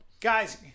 Guys